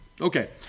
Okay